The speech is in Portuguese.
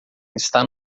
está